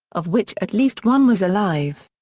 of which at least one was alive.